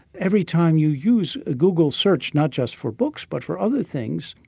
every time you use a google search not just for books but for other things,